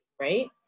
Right